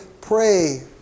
pray